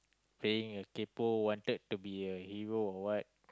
being a kaypo wanted to be a hero or what